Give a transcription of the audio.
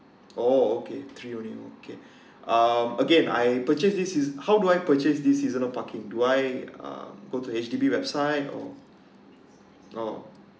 oh okay three only okay um again I purchase this how can I purchase this season parking do I uh go to H_D_B website or oh